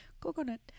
Coconut